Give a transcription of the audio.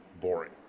boring